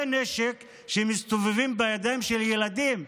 נשק שמסתובבים בידיים של ילדים צעירים,